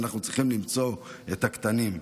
ואנחנו צריכים למצוא את הקטנים.